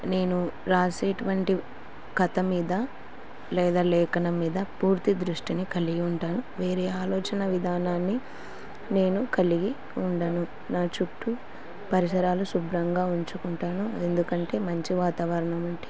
నేను రాసేటువంటి కథ మీద లేదా లేఖన మీద పూర్తి దృష్టిని కలిగి ఉంటాను వేరే ఆలోచన విధానాన్ని నేను కలిగి ఉండను నా చుట్టూ పరిసరాలు శుభ్రంగా ఉంచుకుంటాను ఎందుకంటే మంచి వాతావరణం అంటే